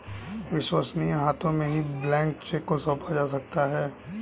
विश्वसनीय हाथों में ही ब्लैंक चेक को सौंपा जा सकता है